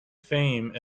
fame